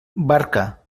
barca